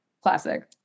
Classic